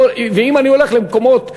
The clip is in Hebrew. אם אני הולך למקומות בתל-אביב,